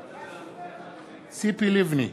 בעד ציפי לבני,